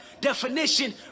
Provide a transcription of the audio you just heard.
definition